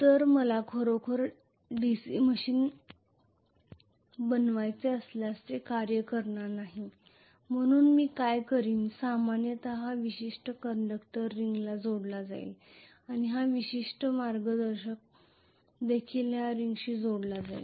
तर मला खरोखर DC मशीन बनवायचे असल्यास ते कार्य करणार नाही म्हणून मी काय करीन सामान्यत हा विशिष्ट कंडक्टर रिंगला जोडला जाईल आणि हा विशिष्ट मार्गदर्शक देखील एका रिंगशी जोडला जाईल